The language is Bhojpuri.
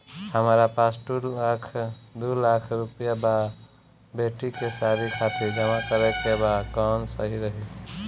हमरा पास दू लाख रुपया बा बेटी के शादी खातिर जमा करे के बा कवन सही रही?